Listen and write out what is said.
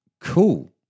Cool